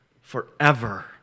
forever